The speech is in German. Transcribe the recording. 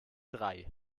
drei